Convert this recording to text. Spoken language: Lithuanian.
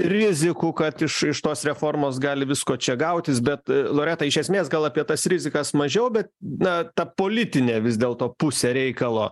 rizikų kad iš iš tos reformos gali visko čia gautis bet loreta iš esmės gal apie tas rizikas mažiau bet na ta politinė vis dėlto pusė reikalo